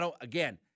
Again